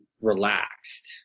relaxed